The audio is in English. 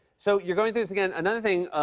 so you're going through this again. another thing,